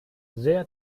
sehr